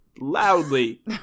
loudly